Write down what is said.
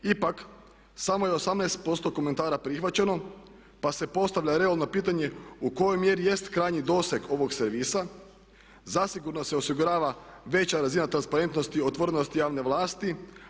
Ipak samo je 18% komentara prihvaćeno pa se postavlja realno pitanje u kojoj mjeri jest krajnji doseg ovog servisa zasigurno se osigurava veća razina transparentnosti, otvorenosti javne vlasti.